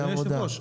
אדוני היושב-ראש,